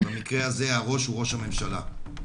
ובמקרה הזה הראש הוא ראש הממשלה.